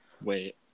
Wait